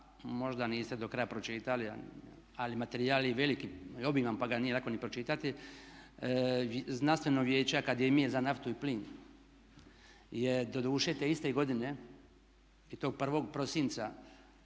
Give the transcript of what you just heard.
možda niste do kraja pročitali ali materijal je veliki i obiman pa ga nije lako ni pročitati. Znanstveno vijeće akademije za naftu i plin je doduše te iste godine i tog 1. prosinca